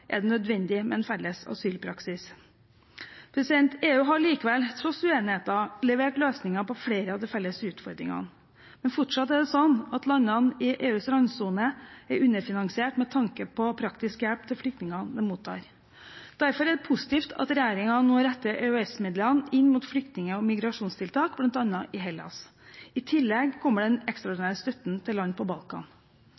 er det nødvendig med en felles asylpraksis. EU har likevel, tross uenigheten, levert løsninger på flere av de felles utfordringene. Men fortsatt er det slik at landene i EUs randsone er underfinansiert med tanke på praktisk hjelp til flyktningene de mottar. Derfor er det positivt at regjeringen nå retter EØS-midlene inn mot flyktning- og migrasjonstiltak, bl.a. i Hellas. I tillegg kommer den ekstraordinære støtten til land på Balkan.